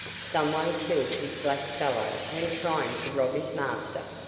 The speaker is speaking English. some one killed this black fellow when trying to rob his master.